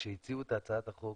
הצעת החוק